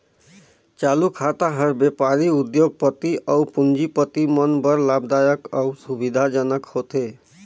चालू खाता हर बेपारी, उद्योग, पति अउ पूंजीपति मन बर लाभदायक अउ सुबिधा जनक होथे